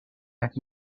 las